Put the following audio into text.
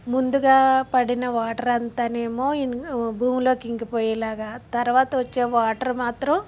ముందుగా పడిన వాటర్ అంతానేమో ఇం భూమిలోకి ఇంకిపోయేలాగా తర్వాత వచ్చే వాటర్ మాత్రం